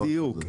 בדיוק.